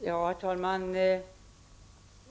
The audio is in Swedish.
Herr talman!